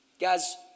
Guys